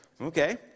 Okay